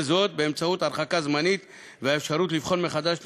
וזאת באמצעות הרחקה זמנית והאפשרות לבחון מחדש את